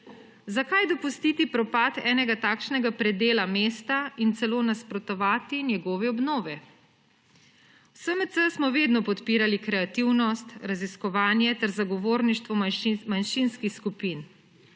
Zakaj dopustiti propad enega takšnega predela mesta in celo nasprotovati njegovi obnovi? V SMC smo vedno podpirali kreativnost, raziskovanje ter zagovorništvo manjšinskih skupin,